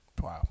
Wow